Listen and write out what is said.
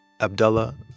Abdullah